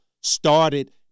started